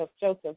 Joseph